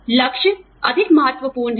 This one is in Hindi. लक्ष्य अधिक महत्वपूर्ण हैं